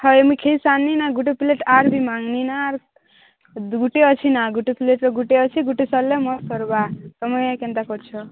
ହଏ ମୁଁ ଗୋଟେ ପ୍ଲେଟ୍ ଆଉ ବି ମାଗିନି ନା ଆଉ ଗୋଟେ ଅଛି ନା ଗୋଟେ ପ୍ଲେଟ୍ରେ ଗୋଟେ ଅଛି ଗୋଟେ ସରିଲେ ମୋର ସରିବା ତୁମେ କେମିତି କରୁଛ